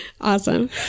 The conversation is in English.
awesome